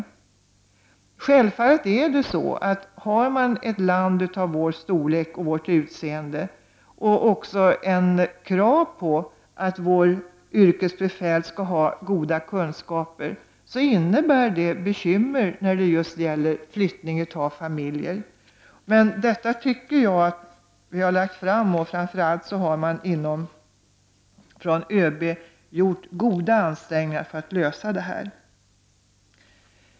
Det är självfallet så att om man har ett land som vårt, av den storleken och med det utseendet, och om man har krav på att vårt yrkesbefäl skall ha goda kunskaper så innebär det bekymmer, speciellt när det gäller flyttningar av familjer. Men jag tycker att ÖB har gjort goda ansträngningar för att lösa detta.